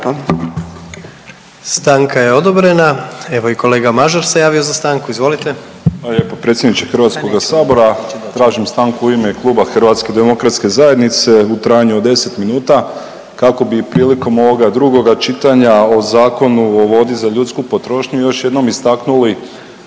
Stanka je odobrena. Evo i kolega Mažar se javio za stanku, izvolite.